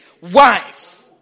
wife